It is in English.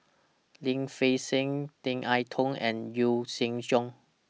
Lim Fei Shen Tan I Tong and Yee Jenn Jong